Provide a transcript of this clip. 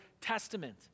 Testament